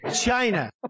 China